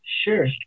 Sure